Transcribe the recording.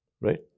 Right